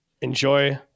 enjoy